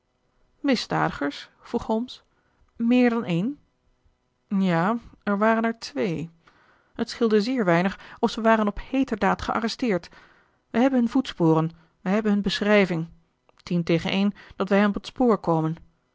misdadigers vroeg holmes meer dan één ja er waren er twee het scheelde zeer weinig of zij waren op heeterdaad gearresteerd wij hebben hun voetsporen wij hebben hun beschrijving tien tegen een dat wij hen op het spoor komen